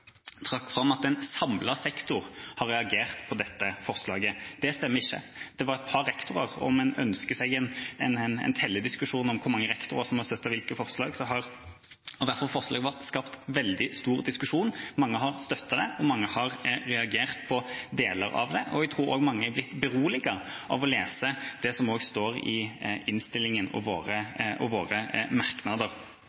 trakk fram at en samlet sektor har reagert på dette forslaget. Det stemmer ikke; det var et par rektorer. Om en ønsker seg en tellediskusjon om hvor mange rektorer som har støttet hvilke forslag, har i hvert fall forslaget skapt veldig stor diskusjon. Mange har støttet det, mange har reagert på deler av det, og jeg tror også mange har blitt beroliget av å lese det som står i innstillinga og i våre